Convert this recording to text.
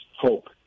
hope